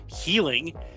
healing